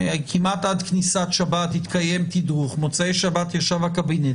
כמעט עד כניסת שבת התקיים תדרוך ומוצאי שבת ישב הקבינט,